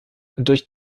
durch